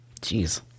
Jeez